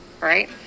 right